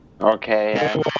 okay